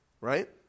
right